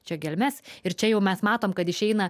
čia gelmes ir čia jau mes matom kad išeina